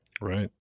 right